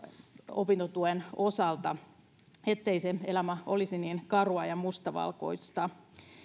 opintotuen osalta ettei se elämä olisi niin karua ja mustavalkoista